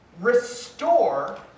restore